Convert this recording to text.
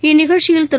இந்நிகழ்ச்சியில் திரு